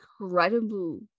incredible